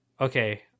okay